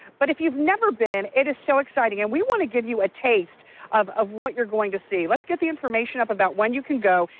but if you've never been it is so exciting. and we want to give you a taste of of what you're going to see. let's get the information up when you can go.